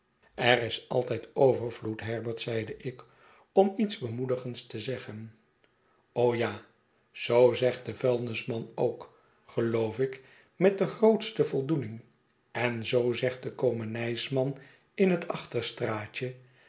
er is altijd overvloed herbert zeide ik om iets bemoedigends te zeggen ja zoo zegt de vuilnisman ook geloof ik met de grootste voldoening en zoo zegt de komenijsman in net